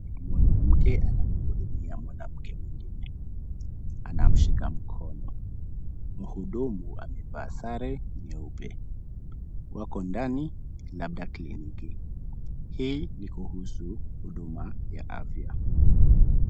Mwanamke anamuhudumua mwanamke mwingine. Anamshika mkono. Muhudumu amevaa sare nyeupe. Wako ndani labda kliniki. Hii ni kuhusu huduma ya afya.